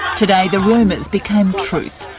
today the rumours became truth.